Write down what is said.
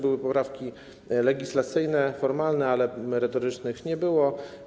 Były poprawki legislacyjne, formalne, ale merytorycznych nie było.